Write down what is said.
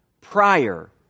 Prior